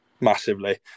Massively